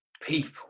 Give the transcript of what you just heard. People